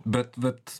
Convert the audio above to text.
bet bet